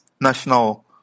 national